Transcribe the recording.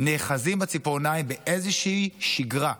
נאחזים בציפורניים באיזושהי שגרה,